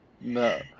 No